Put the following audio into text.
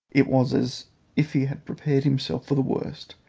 it was as if he had prepared himself for the worst,